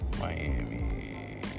Miami